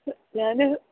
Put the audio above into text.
ഞാൻ